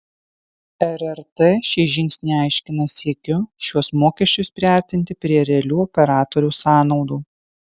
rrt šį žingsnį aiškina siekiu šiuos mokesčius priartinti prie realių operatorių sąnaudų